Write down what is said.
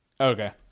Okay